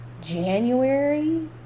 January